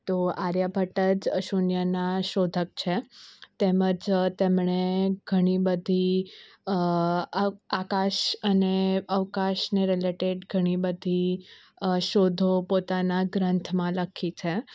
તો આર્યભટ્ટ જ શૂન્યના શોધક છે તેમજ તેમણે ઘણીબધી આકાશ અને અવકાશને રિલેટેડ ઘણી બધી શોધો પોતાના ગ્રંથમાં લખી છે